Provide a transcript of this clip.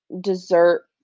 dessert